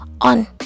on